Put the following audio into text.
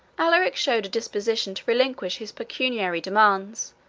alaric showed a disposition to relinquish his pecuniary demands,